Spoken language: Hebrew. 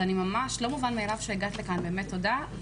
אז ממש לא מובן מאליו שהגעת לכאן, תודה.